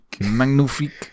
magnifique